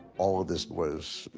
all of this was,